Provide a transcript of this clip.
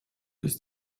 ist